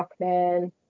Rockman